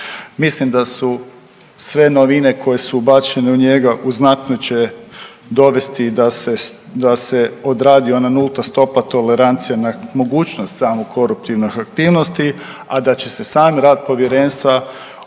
Mislim da su sve novine koje su ubačene u njega u znatno će dovesti da se odradi ona nulta stopa tolerancije na mogućnost same koruptivne aktivnosti, a da će se sam rad povjerenstva